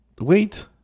Wait